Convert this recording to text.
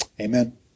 Amen